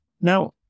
Now